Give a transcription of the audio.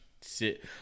sit